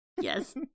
yes